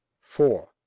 four